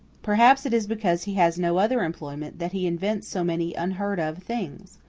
perhaps it is because he has no other employment that he invents so many unheard-of things.